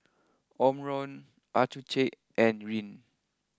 Omron Accucheck and Rene